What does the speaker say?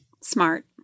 Smart